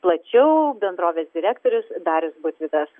plačiau bendrovės direktorius darius butvydas